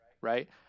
right